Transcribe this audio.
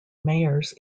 mayors